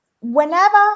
whenever